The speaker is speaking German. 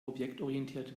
objektorientierte